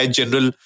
general